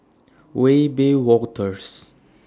Wiebe Wolters